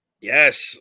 Yes